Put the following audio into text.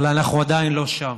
אבל אנחנו עדיין לא שם.